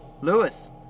Lewis